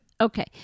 Okay